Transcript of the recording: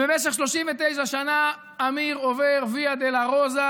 במשך 39 שנה אמיר עובר ויה דולורוזה,